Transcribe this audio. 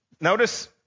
Notice